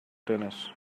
tennis